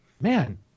man